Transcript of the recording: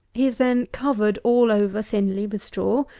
he is then covered all over thinly with straw,